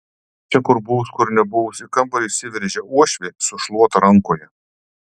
čia kur buvus kur nebuvus į kambarį įsiveržia uošvė su šluota rankoje